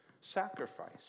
sacrifice